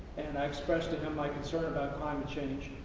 and i expressed to him my concern about climate change.